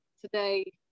today